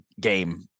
game